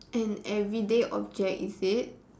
an everyday object is it